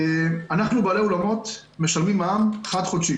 אנחנו, בעלי האולמות, משלמים מע"מ חד חודשי